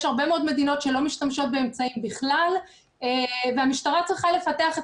יש הרבה מאוד מדינות שלא משתמשות באמצעים בכלל והמשטרה צריכה לפתח את